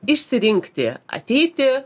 išsirinkti ateiti